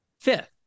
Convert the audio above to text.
fifth